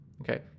Okay